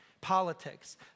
politics